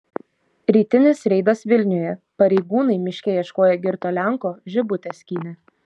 rytinis reidas vilniuje pareigūnai miške ieškoję girto lenko žibutes skynė